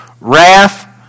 wrath